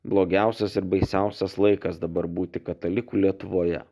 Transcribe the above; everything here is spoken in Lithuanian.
blogiausias ir baisiausias laikas dabar būti kataliku lietuvoje